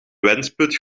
wensput